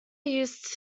used